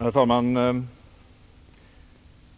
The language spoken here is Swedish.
Herr talman!